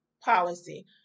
policy